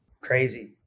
Crazy